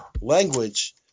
language